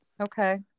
Okay